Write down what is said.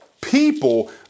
people